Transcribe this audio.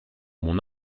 mon